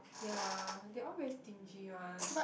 ya they all very stingy one